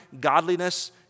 godliness